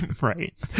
Right